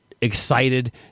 excited